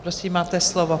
Prosím, máte slovo.